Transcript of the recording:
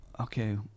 okay